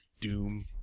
doom